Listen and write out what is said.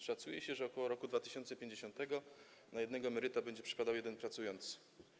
Szacuje się, że ok. 2050 r. na jednego emeryta będzie przypadał jeden pracujący.